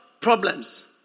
problems